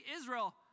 Israel